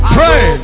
Pray